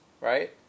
right